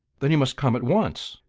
then you must come at once.